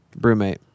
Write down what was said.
Brewmate